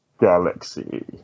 galaxy